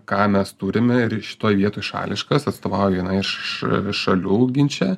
ką mes turime ir šitoj vietoj šališkas atstovauju vieną iš šalių ginče